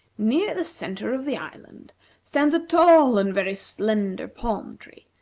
near the centre of the island stands a tall and very slender palm-tree,